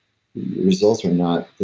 results are not